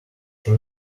shoe